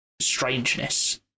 strangeness